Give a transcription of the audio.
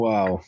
Wow